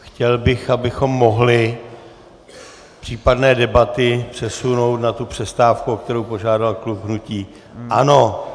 Chtěl bych, abychom mohli případné debaty přesunout na tu přestávku, o kterou požádal klub hnutí ANO.